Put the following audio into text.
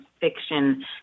fiction